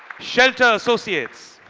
shelter associates.